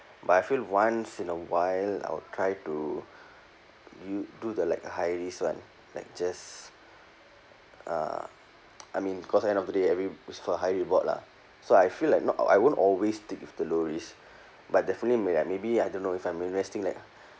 but I feel once in a while I'll try to you do the like a high risk [one] like just uh I mean cause end of the day every risk for high reward lah so I feel like not ah I won't always stick with the low risk but definitely may I maybe I don't know if I'm investing like